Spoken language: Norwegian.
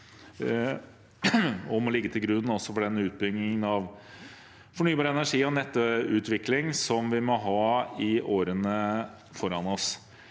og må ligge til grunn også for den utbyggingen av fornybar energi og nettutvikling vi må ha i årene foran oss.